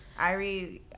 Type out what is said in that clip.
Irie